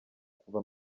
kuva